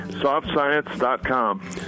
softscience.com